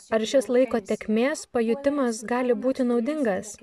ar šis laiko tėkmės pajutimas gali būti naudingas